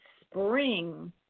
spring